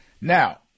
Now